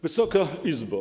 Wysoka Izbo!